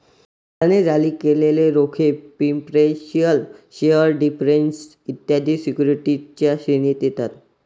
सरकारने जारी केलेले रोखे प्रिफरेंशियल शेअर डिबेंचर्स इत्यादी सिक्युरिटीजच्या श्रेणीत येतात